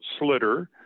slitter